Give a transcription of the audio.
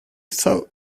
thought